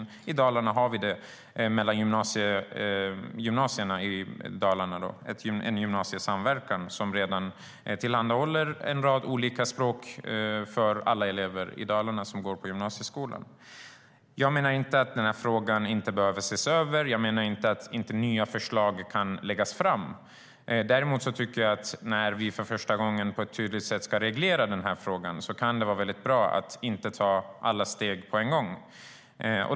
Vi har i gymnasierna i Dalarna en gymnasiesamverkan som redan tillhandahåller en rad olika språk för alla elever i Dalarna som går på gymnasieskolan. Jag menar inte att frågan inte behöver ses över och att inte nya förslag kan läggas fram. Däremot tycker jag att när vi för första gången på ett tydligt sätt ska reglera frågan kan det vara väldigt bra att inte ta alla steg på en gång.